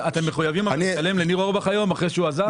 אתם מחויבים לשלם לניר אורבך היום אחרי שהוא עזב?